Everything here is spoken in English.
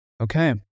okay